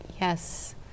yes